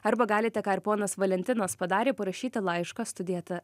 arba galite ką ir ponas valentinas padarė parašyti laišką studija eta